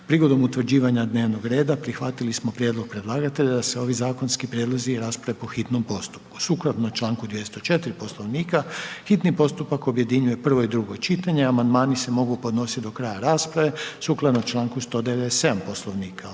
Prigodom utvrđivanja dnevnog reda, prihvatili smo prijedlog predlagatelja da se ovi zakonski prijedlozi rasprave po hitnom postupku. Sukladno članku 204. Poslovnika, hitni postupak objedinjuje prvo i drugo čitanje a amandmani se mogu podnositi do kraja rasprave sukladno članku 197. Poslovnika.